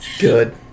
Good